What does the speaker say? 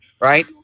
Right